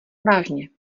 vážně